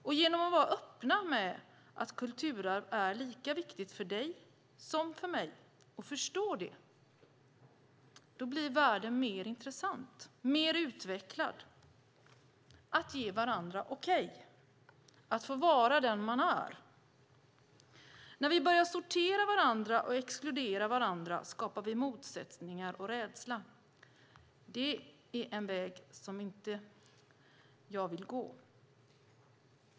Och genom att vara öppen med att kulturarv är lika viktigt för dig som för mig och förstå det blir världen mer intressant, mer utvecklad. Det handlar om att ge varandra okej, att få vara den man är. När vi börjar sortera varandra och exkludera varandra skapar vi motsättningar och rädsla. Det är en väg som inte jag vill gå.